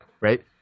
right